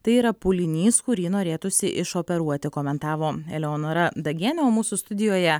tai yra pūlinys kurį norėtųsi išoperuoti komentavo eleonora dagienė o mūsų studijoje